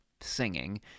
singing